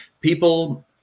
people